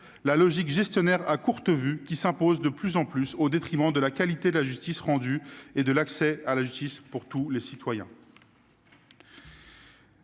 la logique gestionnaire à courte vue qui s'impose de plus en plus, au détriment de la qualité de la justice rendue et de l'accès à la justice pour tous les citoyens.